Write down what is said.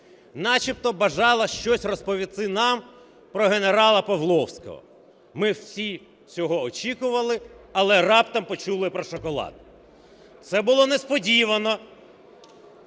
начебто бажала щось розповісти нам про генерала Павловського. Ми всі цього очікували, але раптом почули про шоколад. Це було несподівано.